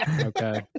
Okay